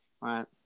right